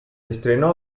estrenó